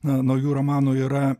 na naujų romanų yra